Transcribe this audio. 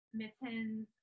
mittens